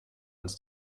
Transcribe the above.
als